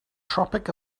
tropic